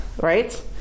right